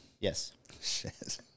Yes